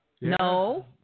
No